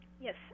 Yes